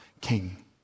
king